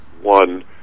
one